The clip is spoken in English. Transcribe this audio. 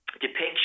depiction